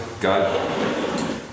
God